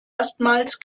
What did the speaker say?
erstmals